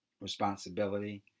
responsibility